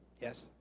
Yes